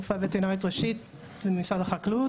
רופאה וטרינרית ראשית במשרד החקלאות.